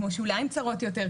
כמו שוליים צרות יותר,